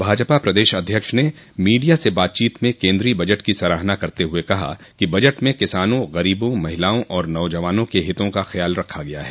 भाजपा प्रदेश अध्यक्ष ने मीडिया से बातचीत में केंद्रीय बजट की सराहना करते हुए कहा कि बजट में किसानों गरीबों महिलाओं और नौजवानों के हिता का ख्याल रखा गया है